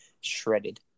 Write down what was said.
shredded